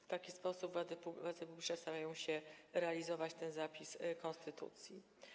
W taki sposób władze publiczne starają się realizować ten zapis konstytucji.